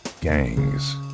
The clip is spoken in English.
gangs